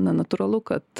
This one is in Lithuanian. na natūralu kad